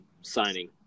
signing